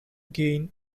gain